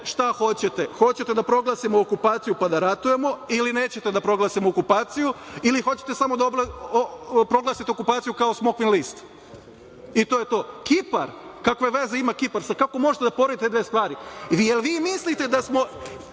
šta hoćete, hoćete da proglasite okupaciju pa da ratujemo ili nećete da proglasimo okupaciju ili hoćete samo da proglasite okupaciju kao „smokvin list“, i to je to. Kipar, kakve veze ima Kipar, kako možete da poredite te dve stvari, jel vi mislite, još